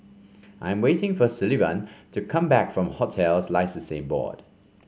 I'm waiting for Sullivan to come back from Hotels Licensing Board